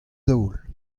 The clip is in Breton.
daol